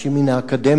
אנשים מן האקדמיה.